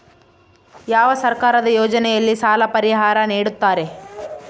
ಯಾವ ಸರ್ಕಾರದ ಯೋಜನೆಯಲ್ಲಿ ಸಾಲ ಪರಿಹಾರ ನೇಡುತ್ತಾರೆ?